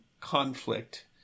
conflict